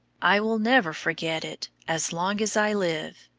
i will never forget it as long as i live.